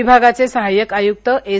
विभागाचे सहाय्यक आयुक्त एस